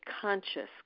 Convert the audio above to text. conscious